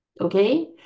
okay